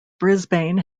brisbane